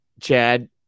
Chad